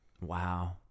Wow